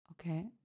Okay